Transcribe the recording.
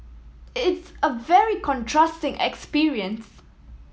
it's a very contrasting experience